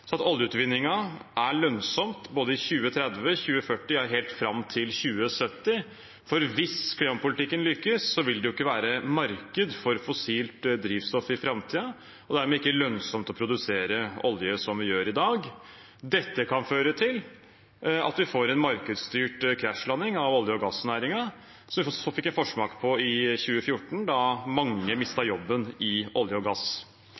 sånn at oljeutvinningen er lønnsom i både 2030, 2040 – ja, helt fram til 2070 – for hvis klimapolitikken lykkes, vil det ikke være marked for fossilt drivstoff i framtiden, og dermed ikke lønnsomt å produsere olje som vi gjør i dag. Det kan føre til at vi får en markedsstyrt krasjlanding av olje- og gassnæringen, som vi fikk en forsmak på i 2014, da mange mistet jobben i olje- og